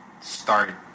start